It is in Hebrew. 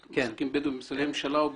כן.